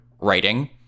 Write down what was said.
writing